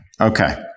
Okay